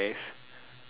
six